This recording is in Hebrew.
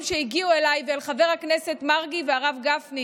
שהגיעו אליי ואל חברי הכנסת מרגי והרב גפני